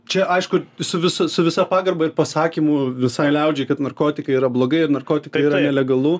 čia aišku su vis su visa pagarba ir pasakymu visai liaudžiai kad narkotikai yra blogai ir narkotikai yra nelegalu